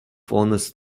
honest